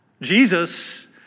Jesus